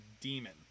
demon